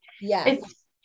Yes